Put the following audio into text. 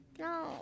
No